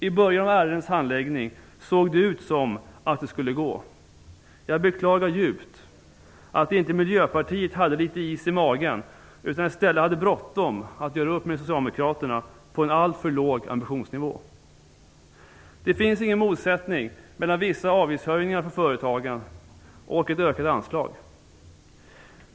I början av ärendets handläggning såg det ut som om det skulle gå. Jag beklagar djupt att inte Miljöpartiet hade litet is i magen, utan i stället hade bråttom att göra upp med Socialdemokraterna på en alltför låg ambitionsnivå. Det finns ingen motsättning mellan vissa avgiftshöjningar för företagen och ett ökat anslag.